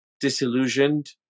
disillusioned